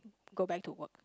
go back to work